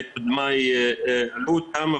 שקודמיי אמרו אותם,